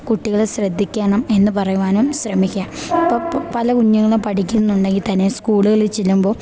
കുട്ടികളെ ശ്രദ്ധിക്കണം എന്ന് പറയുവാനും ശ്രമിക്കുക പല കുഞ്ഞുങ്ങളും പഠിക്കുന്നുണ്ടെങ്കിൽ തന്നെ സ്കൂളുകളിൽ ചെല്ലുമ്പോൾ